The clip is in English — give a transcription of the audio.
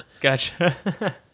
gotcha